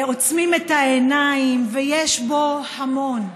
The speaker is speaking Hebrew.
עוצמים את העיניים, ויש בו המון.